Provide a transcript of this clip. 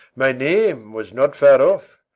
my name was not far off.